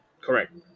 Correct